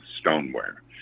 stoneware